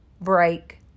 break